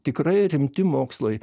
tikrai rimti mokslai